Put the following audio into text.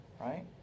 right